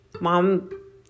mom